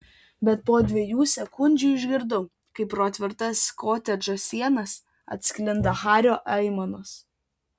bet po dviejų sekundžių išgirdau kaip pro tvirtas kotedžo sienas atsklinda hario aimanos